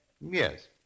Yes